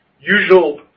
usual